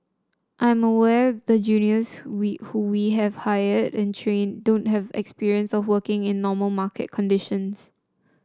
I'm aware the juniors we who we have hired and trained don't have experience of working in normal market conditions